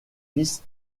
fils